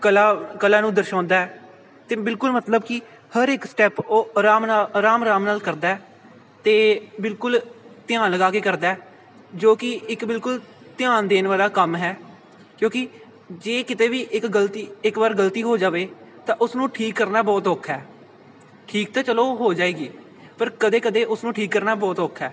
ਕਲਾ ਕਲਾ ਨੂੰ ਦਰਸਾਉਂਦਾ ਅਤੇ ਬਿਲਕੁਲ ਮਤਲਬ ਕਿ ਹਰ ਇੱਕ ਸਟੈਪ ਉਹ ਆਰਾਮ ਨਾਲ ਆਰਾਮ ਆਰਾਮ ਨਾਲ ਕਰਦਾ ਅਤੇ ਬਿਲਕੁਲ ਧਿਆਨ ਲਗਾ ਕੇ ਕਰਦਾ ਜੋ ਕਿ ਇੱਕ ਬਿਲਕੁਲ ਧਿਆਨ ਦੇਣ ਵਾਲਾ ਕੰਮ ਹੈ ਕਿਉਂਕਿ ਜੇ ਕਿਤੇ ਵੀ ਇੱਕ ਗਲਤੀ ਇੱਕ ਵਾਰ ਗਲਤੀ ਹੋ ਜਾਵੇ ਤਾਂ ਉਸਨੂੰ ਠੀਕ ਕਰਨਾ ਬਹੁਤ ਔਖਾ ਠੀਕ ਤਾਂ ਚਲੋ ਹੋ ਜਾਏਗੀ ਪਰ ਕਦੇ ਕਦੇ ਉਸ ਨੂੰ ਠੀਕ ਕਰਨਾ ਬਹੁਤ ਔਖਾ